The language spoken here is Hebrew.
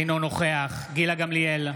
אינו נוכח גילה גמליאל,